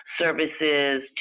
services